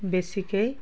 বেছিকেই